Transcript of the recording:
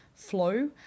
Flow